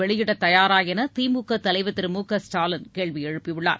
வெளியிட தயாரா என திமுக தலைவர் திரு மு க ஸ்டாலின் கேள்வி எழுப்பியுள்ளார்